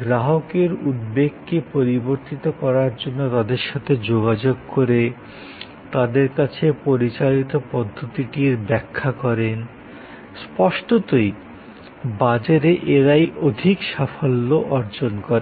গ্রাহকের উদ্বেগকে পরিবর্তিত করার জন্য তাদের সাথে যোগাযোগ করে তাদের কাছে পরিচালিত পদ্ধতিটির ব্যাখ্যা করেন স্পষ্টতই বাজারে এরাই অধিক সাফল্য অর্জন করেন